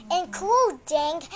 including